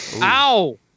Ow